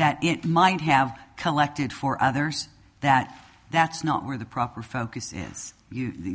that it might have collected for others that that's not where the proper focus is